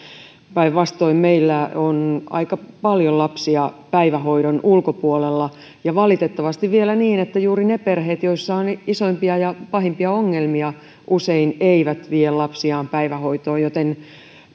päinvastoin meillä on aika paljon lapsia päivähoidon ulkopuolella ja valitettavasti on vielä niin että juuri ne perheet joissa on isoimpia ja pahimpia ongelmia usein eivät vie lapsiaan päivähoitoon joten